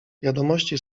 wiadomości